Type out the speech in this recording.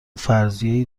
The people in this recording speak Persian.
فرضیهای